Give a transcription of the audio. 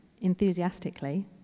enthusiastically